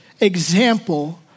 example